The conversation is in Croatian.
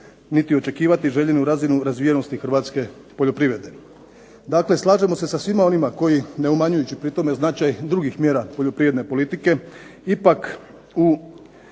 niti očekivati željenu razinu razvijenosti hrvatske poljoprivrede. Dakle, slažemo se sa svima onima koji ne umanjujući pri tome značaj drugih mjera poljoprivredne politike ipak u